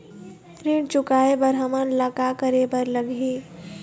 ऋण चुकाए बर हमन ला का करे बर लगही?